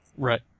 Right